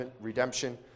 redemption